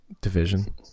division